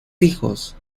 hijos